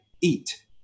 eat